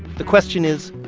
the question is,